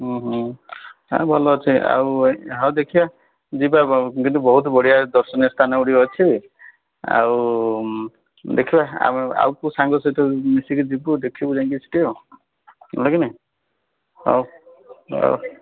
ନାହିଁ ଭଲ ଅଛି ଆଉ ହେଉ ଦେଖିବା ଯିବା କିନ୍ତୁ ବୋହୁତ ବଢ଼ିଆ ଦର୍ଶନୀୟ ସ୍ଥାନ ଗୁଡ଼ିକ ଅଛି ଆଉ ଦେଖିବା ଆମେ ଆଉ କେଉଁ ସାଙ୍ଗ ସହିତ ମିଶିକି ଯିବୁ ଦେଖିବୁ ଯାଇଁକି ସେଇଠି ଆଉ ହେଲାକି ନାହିଁ ହଉ